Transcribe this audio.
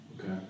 Okay